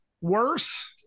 worse